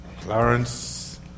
Clarence